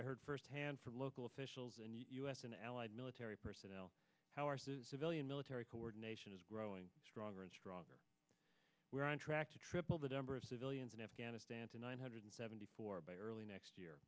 i heard firsthand from local officials and u s and allied military personnel how arses civilian military coordination is growing stronger and stronger we are on track to triple the number of civilians in afghanistan to nine hundred seventy four by early next year